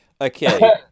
Okay